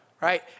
right